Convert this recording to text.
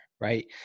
right